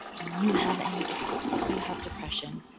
you have anxiety, you have depression.